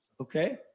Okay